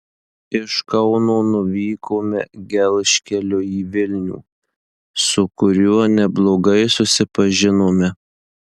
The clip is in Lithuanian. iš kauno nuvykome gelžkeliu į vilnių su kuriuo neblogai susipažinome